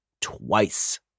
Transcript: twice